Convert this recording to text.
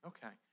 Okay